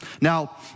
Now